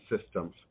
systems